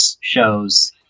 shows